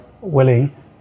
willing